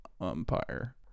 umpire